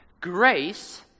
grace